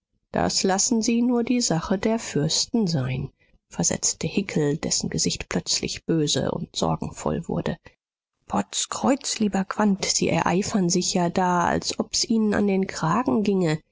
das lassen sie nur die sache der fürsten sein versetzte hickel dessen gesicht plötzlich böse und sorgenvoll wurde potz kreuz lieber quandt sie ereifern sich ja da als ob's ihnen an den kragen ginge